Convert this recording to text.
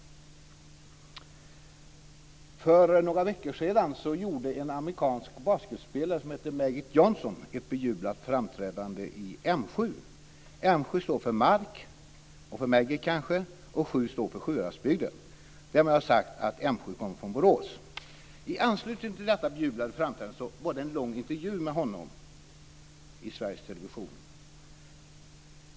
För några veckor sedan gjorde den amerikanske basketspelaren "Magic" Johnson ett bejublat framträdande i M 7. M 7 står för Mark - och kanske för Magic - och 7 står för Sjuhäradsbygden. Därmed har jag sagt att M 7 kommer från Borås. I anslutning till detta bejublade framträdande gjordes en lång intervju med "Magic" Johnson i Sveriges Television.